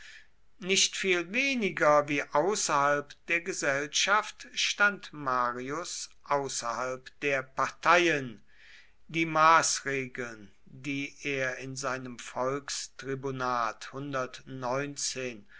nicht viel weniger wie außerhalb der gesellschaft stand marius außerhalb der parteien die maßregeln die er in seinem